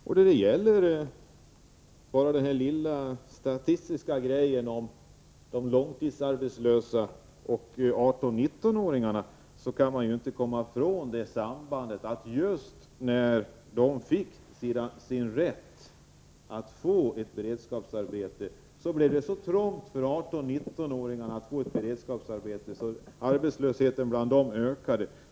När det gäller statistiken beträffande de långtidsarbetslösa och 18-19 åringarna kan man inte komma ifrån det sambandet, att just när man fick rätten till ett beredskapsarbete blev det så svårt för 18-19-åringarna att få beredskapsarbete att arbetslösheten bland dessa ungdomar ökade.